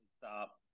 stop